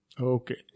Okay